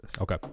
Okay